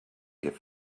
give